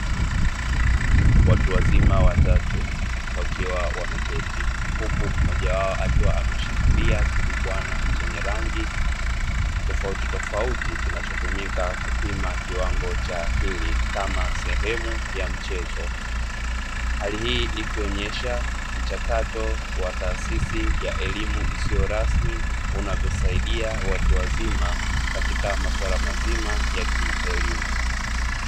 Watu wazima watatu wakiwa wameketi, huku mmoja wao akiwa ameshikilia kidubwana chenye rangi tofauti tofauti, kinachotumika kupima kiwango cha akili kama sehemu ya mchezo, hali hii ikionyesha mchakato wa taasisi ya elimu isiyo rasmi unavyosaidia watu wazima katika masuala mazima ya kielimu.